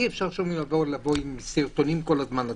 אי-אפשר לבוא עם סרטונים כל הזמן לציבור,